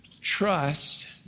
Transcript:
Trust